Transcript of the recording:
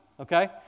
Okay